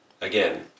again